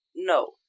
No